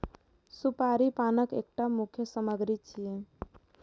सुपारी पानक एकटा मुख्य सामग्री छियै